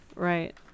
Right